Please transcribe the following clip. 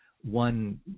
one